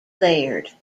layered